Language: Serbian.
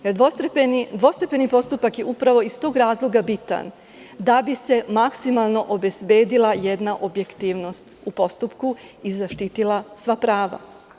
Jer, dvostepeni postupak je upravo iz tog razloga bitan, da bi se maksimalno obezbedila jedna objektivnost u postupku i zaštitila sva prava.